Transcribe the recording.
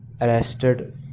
arrested